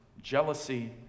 jealousy